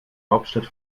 hauptstadt